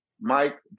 Mike